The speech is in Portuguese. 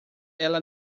ela